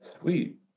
Sweet